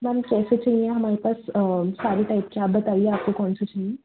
ma'am कैसे चाहिए हमारे पास सारे टाइप के हैं आप बताइए आपको कौन सी चाहिए